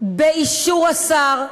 באישור השר,